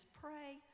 pray